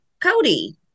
Cody